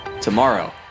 tomorrow